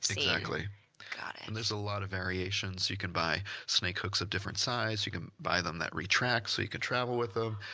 exactly and there's a lot of variations. you can buy snake hooks of different size, you can buy them that retract, so you can travel with them.